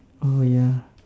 oh ya